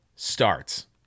starts